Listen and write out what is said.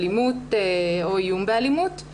אלימות או איום באלימות.